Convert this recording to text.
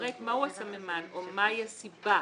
לפרט מהו הסממן או מהי הסיבה